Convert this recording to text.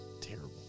terrible